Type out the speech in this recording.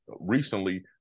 recently